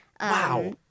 Wow